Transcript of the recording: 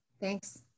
Thanks